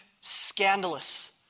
scandalous